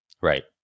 right